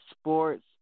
sports